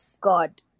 God